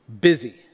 Busy